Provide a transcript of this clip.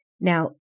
Now